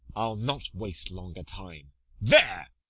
i ll not waste longer time there!